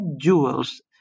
jewels